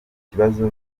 ikibazo